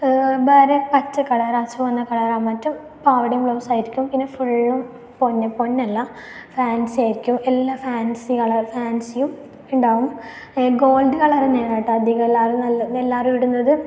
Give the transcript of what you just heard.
വേറെ പച്ച കളറോ ചുവന്ന കളറോ മറ്റം പാവാടയും ബ്ലൗസ്സുമായിരിക്കും പിന്നെ ഫുള്ളും പൊന്ന് പൊന്നല്ല ഫാൻസി ആയിരിക്കും എല്ലാ ഫാൻസികൾ ഫാൻസിയും ഉണ്ടാകും ഗോൾഡ് കളർ തന്നെയാണ് കേട്ടത് അധികം എല്ലാവരും നല്ല എല്ലാവരും ഇടുന്നത്